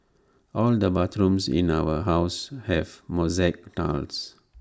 all the bathrooms in our house have mosaic tiles